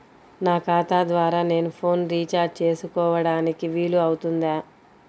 నా ఖాతా ద్వారా నేను ఫోన్ రీఛార్జ్ చేసుకోవడానికి వీలు అవుతుందా?